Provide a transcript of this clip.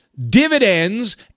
dividends